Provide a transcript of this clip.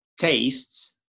tastes